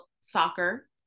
soccer